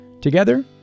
Together